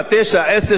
עשר שנים,